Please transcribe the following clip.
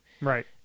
Right